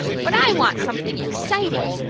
but i want something exciting.